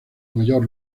mayor